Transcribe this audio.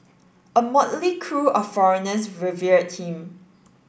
a motley crew of foreigners revered him